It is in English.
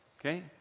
okay